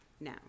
now